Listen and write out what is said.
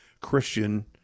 Christian